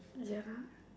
ya